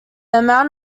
amount